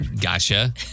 Gotcha